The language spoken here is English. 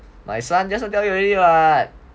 my son just now tell you already [what]